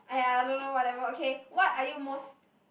!aiya! I don't know whatever okay what are you most